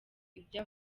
ibyo